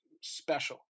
special